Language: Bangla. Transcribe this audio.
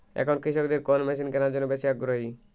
এখন কৃষকদের কোন মেশিন কেনার জন্য বেশি আগ্রহী?